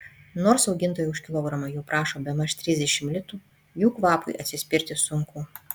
nors augintojai už kilogramą jų prašo bemaž trisdešimt litų jų kvapui atsispirti sunku